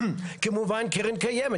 כמובן קרן קיימת,